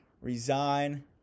Resign